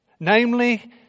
Namely